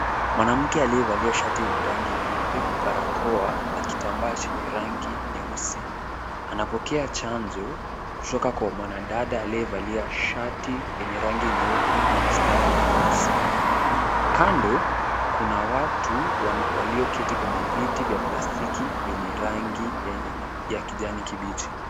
Mwanamke aliyevalia shati yenye rangi nyeupe, barakoa na kitambaa chenye rangi nyeusi, anapokea chanjo kutoka kwa mwanadada aliyevalia shati yenye rangi nyeupe na mistari nyeusi. Kando kuna watu walioketi kwenye viti vya plastiki vyenye rangi ya kijani kibichi.